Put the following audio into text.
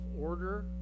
order